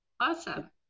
Awesome